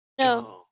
No